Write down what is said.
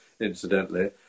incidentally